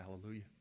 Hallelujah